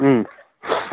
ও